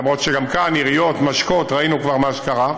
למרות שגם כאן, עיריות משקות, ראינו כבר מה קרה.